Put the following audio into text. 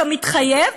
כמתחייב,